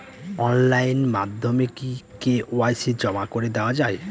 Online মাধ্যমে কি KYC জমা করে দেওয়া য়ায়?